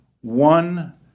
one